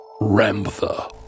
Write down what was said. Ramtha